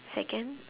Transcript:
second